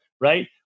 right